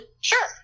Sure